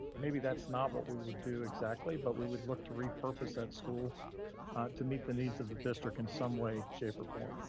maybe that's not what we would do exactly, but we would look to repurpose that school to meet the needs of the district in some way, shape, or form.